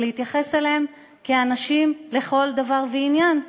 ולהתייחס אליהם כאנשים לכל דבר ועניין,